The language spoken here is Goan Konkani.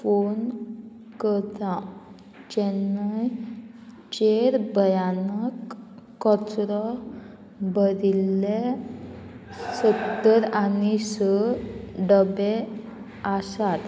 फोन करता जेन्नय चेर भयानाक कचरो भरिल्ले सत्तर आनी स डबे आसात